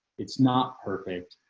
it's not perfect,